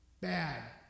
Bad